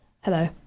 Hello